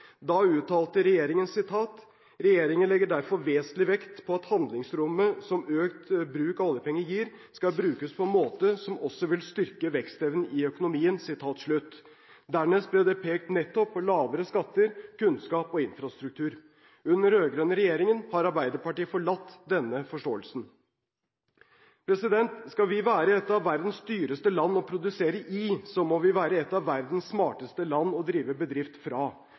Da uttalte regjeringen: «Regjeringen legger derfor vesentlig vekt på at handlingsrommet som økt bruk av oljepenger gir, skal brukes på en måte som også vil styrke vekstevnen i norsk økonomi.» Dernest ble det pekt nettopp på lavere skatter, kunnskap og infrastruktur. Under den rød-grønne regjeringen har Arbeiderpartiet forlatt denne forståelsen. Skal vi være et av verdens dyreste land å produsere i, må vi være et av verdens smarteste land å drive bedrift fra.